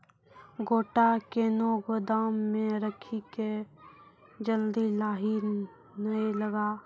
गोटा कैनो गोदाम मे रखी की जल्दी लाही नए लगा?